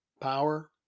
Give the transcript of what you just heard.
power